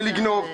לגנוב.